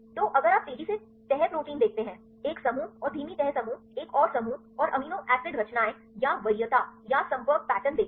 तो अगर आप तेजी से तह प्रोटीन देखते हैं एक समूह और धीमी तह समूह एक और समूह और अमीनो एसिड रचनाएं या वरीयता या संपर्क पैटर्न देखें